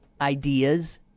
ideas